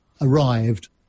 arrived